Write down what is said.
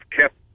kept